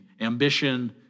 Ambition